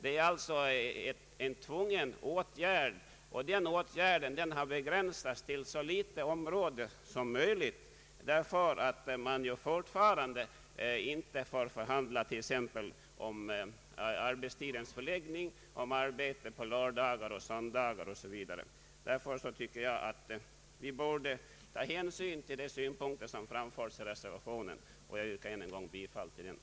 Det är alltså en påtvingad åtgärd, och den har begränsats till ett så litet område som möjligt. Man får ju fortfarande inte förhandla t.ex. om den individuella arbetstidens förläggning, om arbete på lördagar och söndagar Osv. Därför borde vi ta hänsyn till de synpunkter som framförts i reservationen. Jag yrkar än en gång bifall till denna.